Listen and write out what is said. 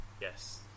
Yes